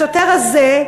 השוטר הזה,